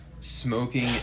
smoking